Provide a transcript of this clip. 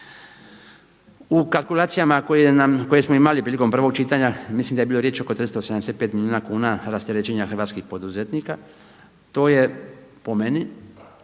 U kalkulacijama koje smo imali prilikom prvog čitanja mislim da je bilo riječi oko 375 milijuna kuna rasterećenja hrvatskih poduzetnika. To je po meni